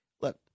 look